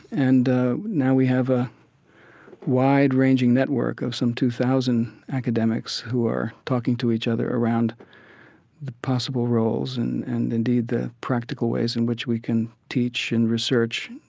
and now we have a wide-ranging network of some two thousand academics who are talking to each other around the possible roles and and, indeed, the practical ways in which we can teach and research,